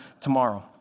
tomorrow